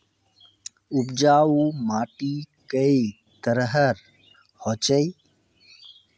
उपजाऊ माटी कई तरहेर होचए?